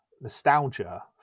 nostalgia